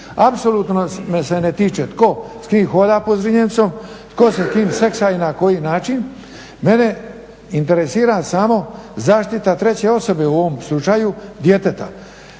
Apsolutno me se ne tiče tko s kim hoda po Zrinjevcu, tko se s kime seksa i na koji način. Mene interesira samo zaštita treće osobe u ovom slučaju, djeteta.